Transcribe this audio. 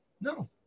No